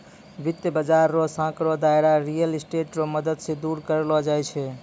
वित्त बाजार रो सांकड़ो दायरा रियल स्टेट रो मदद से दूर करलो जाय छै